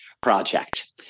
project